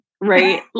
right